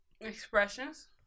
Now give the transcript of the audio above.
Expressions